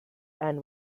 and